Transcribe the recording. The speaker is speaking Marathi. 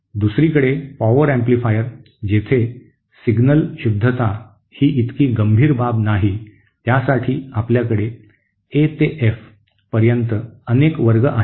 दुसरीकडे पॉवर अँप्लिफायर जेथे सिग्नल शुद्धता ही इतकी गंभीर बाब नाही त्यासाठी आपल्याकडे ए ते एफ पर्यंत अनेक वर्ग आहेत